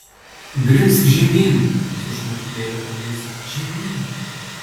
grimzk žemyn sušnabždėjo alisa žemyn